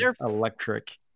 electric